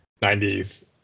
90s